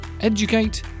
educate